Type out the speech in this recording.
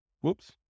Whoops